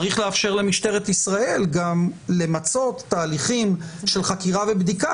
צריך לאפשר למשטרת ישראל גם למצות תהליכים של חקירה ובדיקה